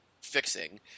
fixing